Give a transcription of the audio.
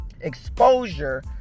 exposure